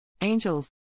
Angels